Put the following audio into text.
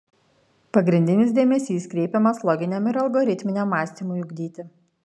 pagrindinis dėmesys kreipiamas loginiam ir algoritminiam mąstymui ugdyti